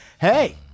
hey